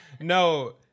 no